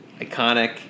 iconic